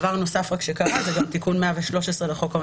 לכל מקרה יש נסיבות.